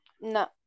No